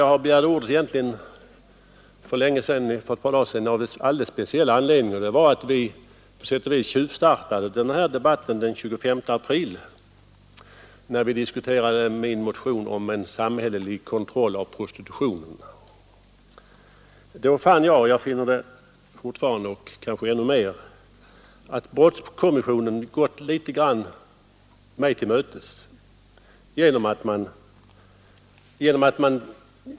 Jag begärde egentligen ordet för ett par dagar sedan av en alldeles speciell anledning, och det var att vi på sätt och vis tjuvstartade den här debatten den 25 april, när vi diskuterade min motion om en samhällelig kontroll av prostitutionen. Då fann jag — och jag finner det fortfarande och kanske i ännu högre grad — att brottskommissionen gått mig litet grand till mötes.